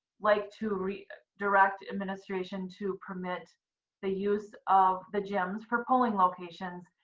like to redirect redirect administration to permit the use of the gyms for polling locations,